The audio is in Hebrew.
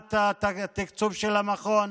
להשלמת התקצוב של המכון.